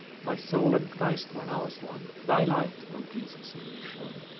my soul and christ were now as one thy light, o jesus, in me shone!